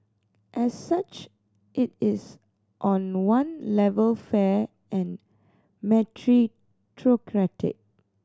as such it is on one level fair and meritocratic